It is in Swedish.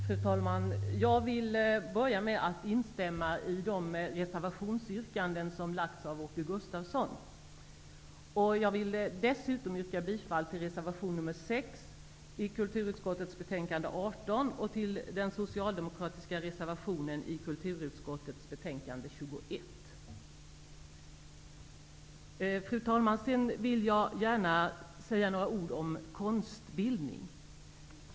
Fru talman! Jag vill börja med att instämma i de reservationsyrkanden som gjorts av Åke Gustavsson. Jag vill dessutom yrka bifall till reservation nr 6 till kulturutskottets betänkande 18 Sedan vill jag gärna säga några ord om konstbildning.